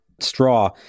straw